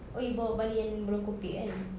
oh you bawa balik yang belum kopek kan